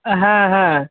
হ্যাঁ হ্যাঁ